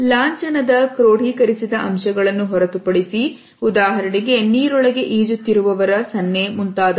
ಲಾಂಛನದ ಕ್ರೋಡೀಕರಿಸಿದ ಅಂಶಗಳನ್ನು ಹೊರತುಪಡಿಸಿ ಉದಾಹರಣೆಗೆ ನೀರೊಳಗೆ ಈಜುತ್ತಿರುವವರ ಸನ್ನೆ ಮುಂತಾದವುಗಳು